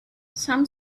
some